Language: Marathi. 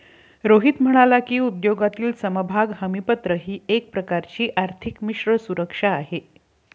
रोहित म्हणाला की, उद्योगातील समभाग हमीपत्र ही एक प्रकारची आर्थिक मिश्र सुरक्षा आहे